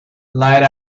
light